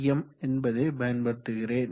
M என்பதை பயன்படுத்துகிறேன்